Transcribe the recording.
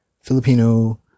Filipino